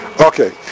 Okay